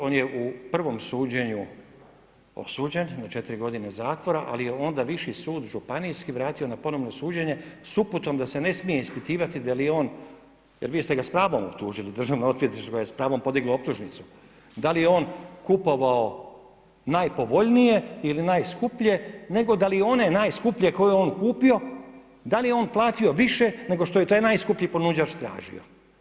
On je u prvom suđenju osuđen na 4 godine zatvora, ali je onda viši sud županijski vratio na ponovno suđenje s uputom da se ne smije ispitivati da li je on, jer vi ste ga s pravom optužili, državno odvjetništvo je s pravom podiglo optužnicu, da li je on kupovao najpovoljnije ili najskuplje, nego da li je one najskuplje koje je on kupio, da li je on platio više nego što je taj najskuplji ponuđač tražio.